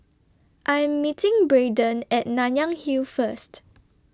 I Am meeting Brayden At Nanyang Hill First